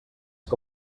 que